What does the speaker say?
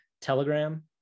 Telegram